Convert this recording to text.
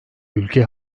ülke